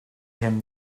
him